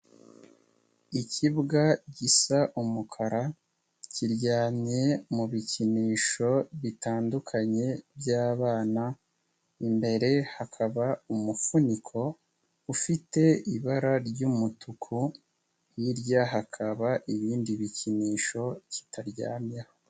Ikibwa gisa umukara, kiryamye mu bikinisho bitandukanye by'abana, imbere hakaba umufuniko ufite ibara ry'umutuku, hirya hakaba ibindi bikinisho kitaryamyeho.